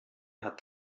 hat